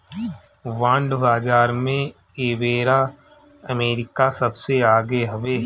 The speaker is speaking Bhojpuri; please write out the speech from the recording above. बांड बाजार में एबेरा अमेरिका सबसे आगे हवे